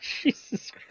Jesus